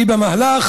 ביום 18